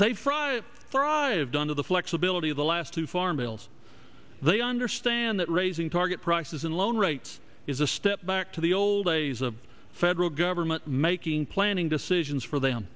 they fry it thrived under the flexibility of the last two farm bills they understand that raising target prices and loan rates is a step back to the old days the federal government making planning decisions for them